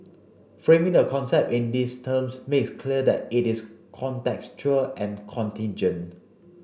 framing the concept in these terms makes clear that it is contextual and contingent